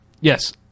yes